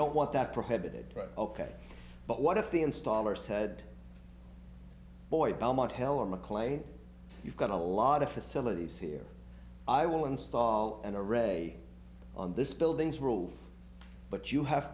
don't want that prohibited right ok but what if the installer said boy belmont hell i'm a clay you've got a lot of facilities here i will install an array on this building's roof but you have